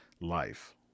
life